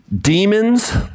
demons